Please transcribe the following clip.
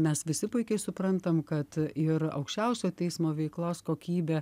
mes visi puikiai suprantam kad ir aukščiausiojo teismo veiklos kokybė